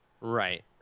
Right